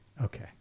okay